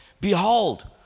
Behold